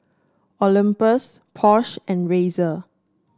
Olympus Porsche and Razer